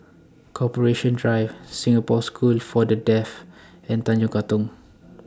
Corporation Drive Singapore School For The Deaf and Tanjong Katong